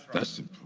tested